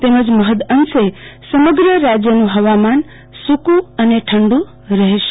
તેમજ મહાદઅંશે સમગ્ર રાજ્યનું હવામાન સુકું અને ઠંડુ રહેશે